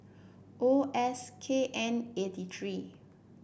O S K N eighty three